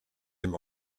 dem